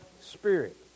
Spirit